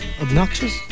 obnoxious